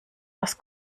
was